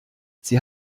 sie